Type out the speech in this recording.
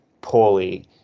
poorly